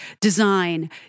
design